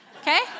okay